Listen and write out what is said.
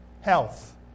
health